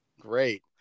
Great